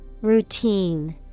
Routine